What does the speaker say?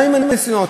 גם עם הניסיונות.